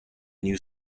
new